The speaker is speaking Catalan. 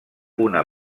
una